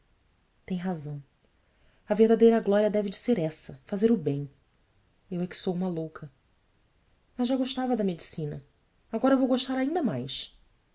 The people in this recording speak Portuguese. tem razão a verdadeira glória deve de ser essa fazer o bem eu é que sou uma louca mas já gostava da medicina agora vou gostar ainda mais